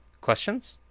questions